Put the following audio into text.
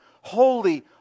Holy